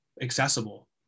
accessible